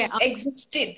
existed